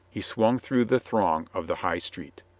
he swung through the throng of the high street.